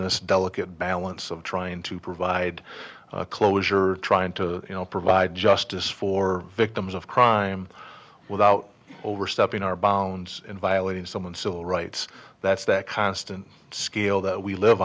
this delicate balance of trying to provide closure trying to you know provide justice for victims of crime without overstepping our bounds in violating someone's civil rights that's that constant scale that we live